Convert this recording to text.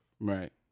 right